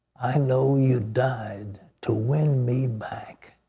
i know you died to win me back.